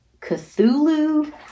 Cthulhu